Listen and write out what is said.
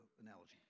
analogy